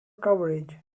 coverage